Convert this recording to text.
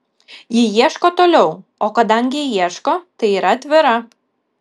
ji ieško toliau o kadangi ieško tai yra atvira